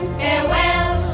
farewell